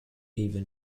even